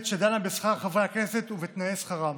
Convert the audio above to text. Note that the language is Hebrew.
שדנה בשכר חברי הכנסת ובתנאי שכרם.